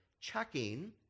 checking